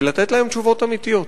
ולתת להם תשובות אמיתיות?